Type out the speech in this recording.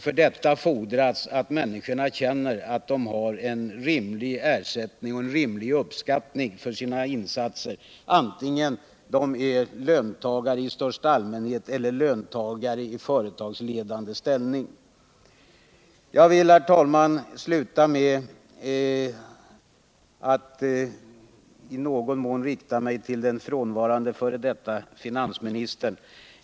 För detta fordras att människorna känner att de får en rimlig ersättning och en rimlig uppskattning för sina insatser, vare sig de ä löntagare i företagsledande ställning. Jag vill, herr talman, sluta med att i någon mån rikta mig till f.d. finansministern.